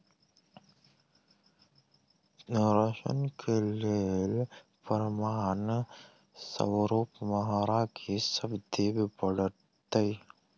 ऋण केँ लेल प्रमाण स्वरूप हमरा की सब देब पड़तय?